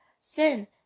Sin